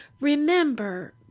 remember